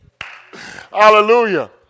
Hallelujah